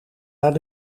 naar